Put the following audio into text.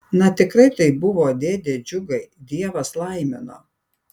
na tikrai taip buvo dėde džiugai dievas laimino